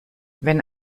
wenn